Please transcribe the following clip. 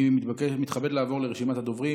אני מתכבד לעבור לרשימת הדוברים.